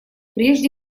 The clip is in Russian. прежде